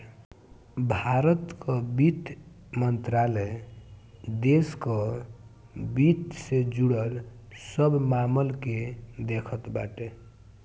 भारत कअ वित्त मंत्रालय देस कअ वित्त से जुड़ल सब मामल के देखत बाटे